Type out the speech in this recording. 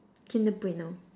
kinder-Bueno